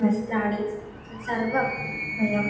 वस्त्राणि सर्वं वयम्